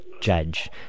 judge